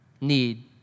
need